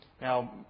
Now